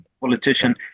politician